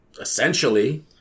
essentially